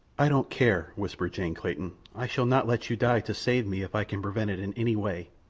i don't care, whispered jane clayton. i shall not let you die to save me if i can prevent it in any way.